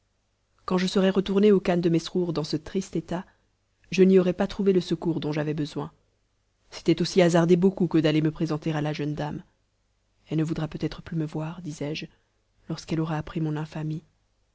quand je serais retourné au khan de mesrour dans ce triste état je n'y aurais pas trouvé le secours dont j'avais besoin c'était aussi hasarder beaucoup que d'aller me présenter à la jeune dame elle ne voudra peut-être plus me voir disais-je lorsqu'elle aura appris mon infamie